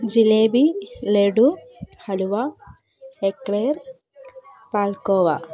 jalebi laddu halwa eclair palkova